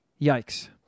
yikes